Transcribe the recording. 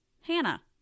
Hannah